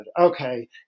Okay